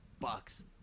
Bucks